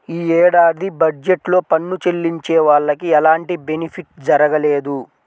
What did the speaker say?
యీ ఏడాది బడ్జెట్ లో పన్ను చెల్లించే వాళ్లకి ఎలాంటి బెనిఫిట్ జరగలేదు